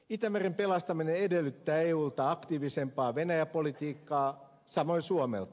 itämeren pelastaminen edellyttää eulta aktiivisempaa venäjä politiikkaa samoin suomelta